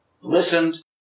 listened